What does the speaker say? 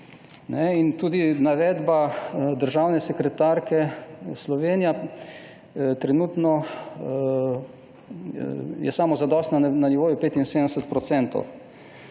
Tudi navedba državne sekretarke, da Slovenija je trenutno samozadostna na nivoju 75 %.